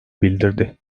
bildirdi